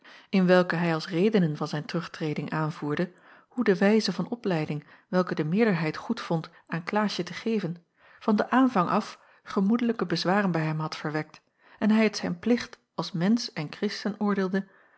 in welken hij als redenen van zijn terugtreding aanvoerde hoe de wijze van opleiding welke de meerderheid goedvond aan klaasje te geven van den aanvang af gemoedelijke bezwaren bij hem had verwekt en hij het zijn plicht als mensch en kristen oordeelde